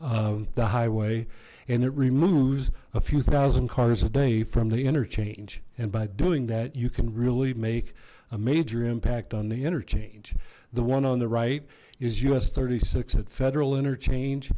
the highway and it removes a few thousand cars a day from the interchange and by doing that you can really make a major impact on the interchange the one on the right is us thirty six at federal interchange